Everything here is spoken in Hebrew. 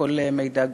הכול מידע גלוי,